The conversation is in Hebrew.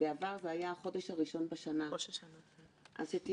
עו"ד לינור דויטש, בבקשה, בשם החברה האזרחית.